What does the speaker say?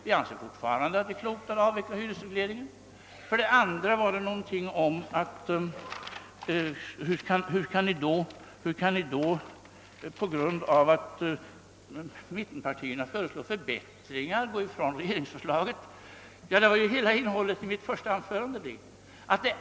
Vi anser fortfarande att det är klokt att avveckla hyresregleringen. Den andra frågan löd ungefär: Hur kan ni då på grund av att mittenpartierna föreslår förbättringar gå ifrån regeringsförslaget? Det gick hela innehållet i mitt första anförande ut på att förklara.